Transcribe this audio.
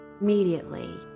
Immediately